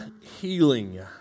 healing